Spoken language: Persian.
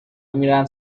میروند